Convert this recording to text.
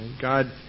God